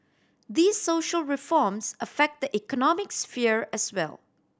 these social reforms affect the economic sphere as well